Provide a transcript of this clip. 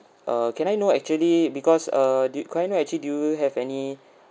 uh can I know actually because uh do y~ can I know actually do you have any